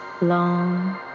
long